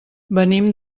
venim